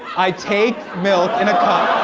i take milk in a